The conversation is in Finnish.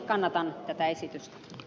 kannatan ed